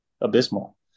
abysmal